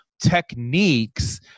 techniques